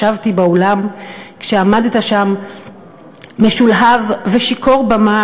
ישבתי באולם כשעמדת שם משולהב ושיכור במה,